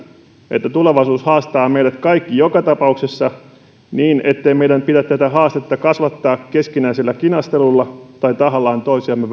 että tulevaisuus haastaa meidät kaikki joka tapauksessa niin ettei meidän pidä tätä haastetta kasvattaa keskinäisellä kinastelulla tai tahallaan toisiamme